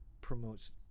promotes